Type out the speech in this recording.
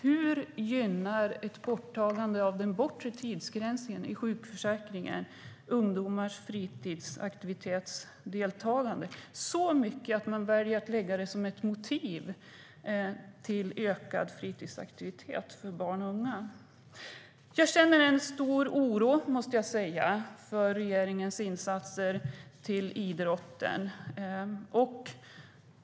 Hur gynnar ett borttagande av den bortre tidsgränsen i sjukförsäkringen ungdomars deltagande i fritidsaktiviteter - så mycket att man väljer att ange det som ett motiv till ökad fritidsaktivitet för barn och unga? Jag måste säga att jag känner en stor oro inför regeringens insatser för idrotten.